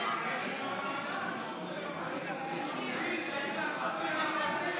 מי חברי